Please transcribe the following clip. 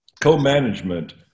Co-management